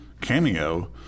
cameo